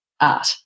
art